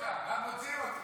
ואז הוציאו אותם.